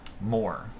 more